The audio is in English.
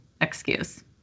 excuse